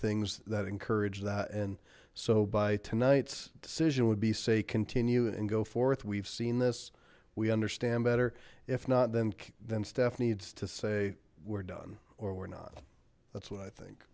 things that encouraged that and so by tonight's decision would be say continue and go forth we've seen this we understand better if not then then staff needs to say we're done or we're not that's what i think